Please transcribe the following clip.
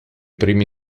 primi